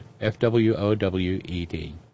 F-W-O-W-E-D